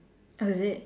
oh is it